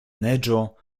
neĝo